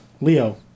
Leo